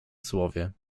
słowie